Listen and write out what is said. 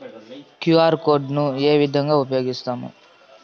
QR code ను ఏ విధంగా ఉపయగిస్తాము?